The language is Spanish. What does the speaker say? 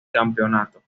campeonato